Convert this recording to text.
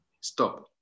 Stop